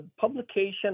Publication